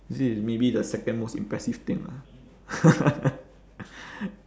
this is maybe the second most impressive thing lah